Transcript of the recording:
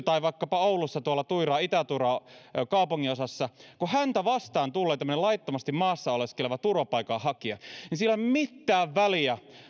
tai vaikkapa oulussa tuolla itä tuiran kaupunginosassa sitä nuorta tyttöä vastaan tulee tämmöinen laittomasti maassa oleskeleva turvapaikanhakija niin sillä ei ole mitään väliä